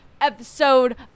episode